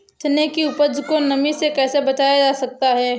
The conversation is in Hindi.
चने की उपज को नमी से कैसे बचाया जा सकता है?